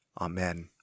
Amen